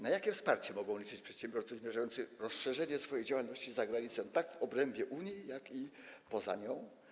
Na jakie wsparcie mogą liczyć przedsiębiorcy planujący rozszerzenie swojej działalności za granicą zarówno w obrębie Unii, jak i poza nią?